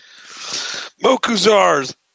Mokuzar's